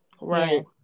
Right